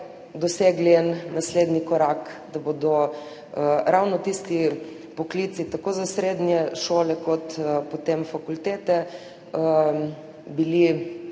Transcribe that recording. dosegli en naslednji korak, da bodo ravno za tiste poklice tako v srednji šoli kot potem na fakulteti